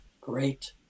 great